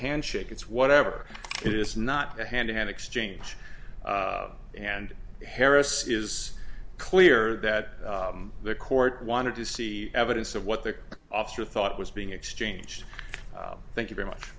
handshake it's whatever it is not a hand and exchange and harris is clear that the court wanted to see evidence of what their officer thought was being exchanged thank you very much